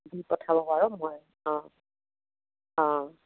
দি পঠাব বাৰু মই অঁ অঁ